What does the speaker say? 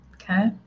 okay